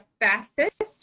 fastest